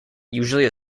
usually